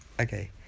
Okay